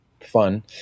fun